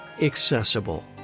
Accessible